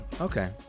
okay